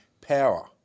power